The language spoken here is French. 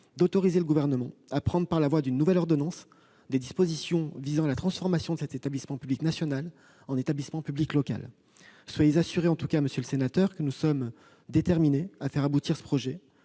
d'autoriser le Gouvernement à prendre, par la voie d'une nouvelle ordonnance, des dispositions visant à la transformation de cet établissement public national en établissement public local. Soyez assuré, en tout état de cause, monsieur le sénateur, que le Gouvernement est déterminé à faire aboutir ce projet